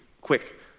quick